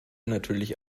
natürlich